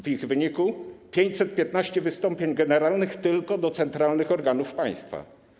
W ich wyniku - 515 wystąpień generalnych tylko do centralnych organów państwa.